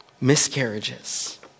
miscarriages